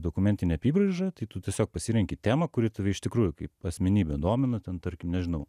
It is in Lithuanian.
dokumentine apybraiža tai tu tiesiog pasirenki temą kuri tave iš tikrųjų kaip asmenybę domina ten tarkim nežinau